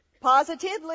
Positively